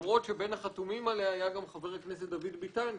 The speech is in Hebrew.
למרות שבין החתומים עליה היה גם חבר הכנסת דוד ביטן,